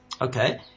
Okay